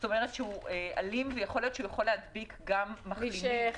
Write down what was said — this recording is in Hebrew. כלומר הוא אלים ויכול להיות שהוא יכול להדביק גם מחלימים.